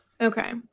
Okay